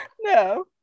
No